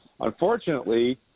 Unfortunately